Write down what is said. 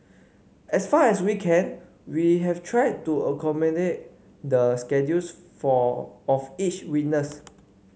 as far as we can we have tried to accommodate the schedules for of each witness